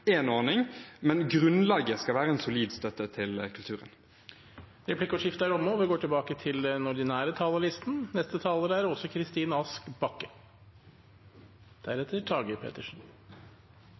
men grunnlaget skal være en solid støtte til kulturen. Replikkordskiftet er omme.